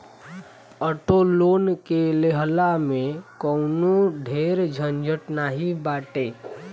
auto loan के लेहला में कवनो ढेर झंझट नाइ बाटे